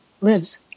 lives